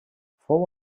fou